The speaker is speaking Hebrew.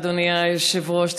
אדוני היושב-ראש.